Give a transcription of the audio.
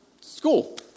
school